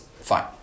Fine